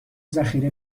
ذخیره